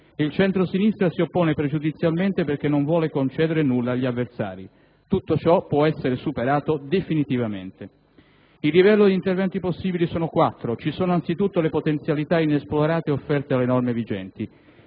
Il centrosinistra si oppone pregiudizialmente perché non vuole concedere nulla agli avversari». Tutto ciò può essere superato definitivamente. I livelli di intervento possibili sono quattro. Ci sono anzitutto le potenzialità inesplorate offerte dalle norme vigenti.